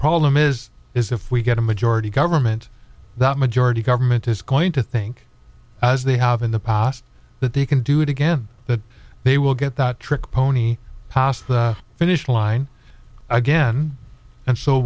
problem is is if we get a majority government that majority government is going to think as they have in the past that they can do it again that they will get that trick pony pos the finish line again and so